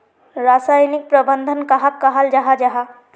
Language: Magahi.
रासायनिक प्रबंधन कहाक कहाल जाहा जाहा?